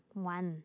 one